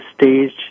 stage